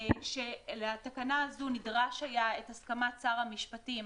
לתקנה הזו נדרשה הסכמת שר המשפטים,